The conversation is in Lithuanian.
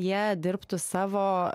jie dirbtų savo